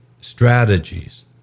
strategies